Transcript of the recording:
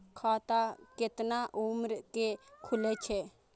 खाता केतना उम्र के खुले छै?